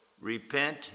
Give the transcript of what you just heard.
repent